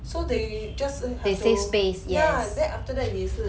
so they just have to ya then after that 你也是